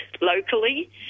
locally